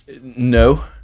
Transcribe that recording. No